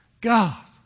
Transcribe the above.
God